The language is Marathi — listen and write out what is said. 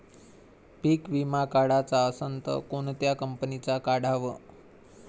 पीक विमा काढाचा असन त कोनत्या कंपनीचा काढाव?